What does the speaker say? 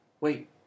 Wait